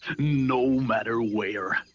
no matter where!